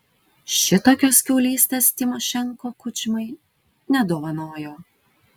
šitokios kiaulystės tymošenko kučmai nedovanojo